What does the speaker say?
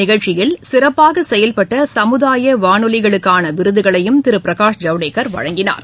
நிகழ்ச்சியில் சிறப்பாக செயல்பட்ட சமுதாய வானொலிகளுக்கான விருதுகளையும் திரு பிரகாஷ் ஐவ்டேகர் வழங்கினார்